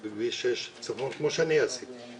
גם אם לעיתים נודד אני על דרך,